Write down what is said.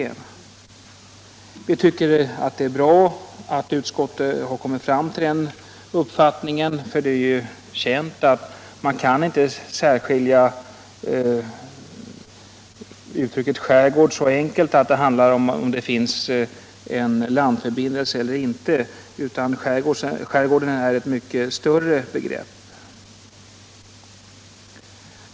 Vi inom vpk tycker att det är bra att utskottet har kommit fram till den uppfattningen, för det är ju känt att man inte kan särskilja uttrycket skärgård så enkelt — genom att säga det skulle handla om huruvida det finns en fast landförbindelse eller inte. Skärgården är ett mycket vidare begrepp.